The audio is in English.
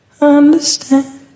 understand